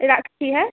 রাখছি হ্যাঁ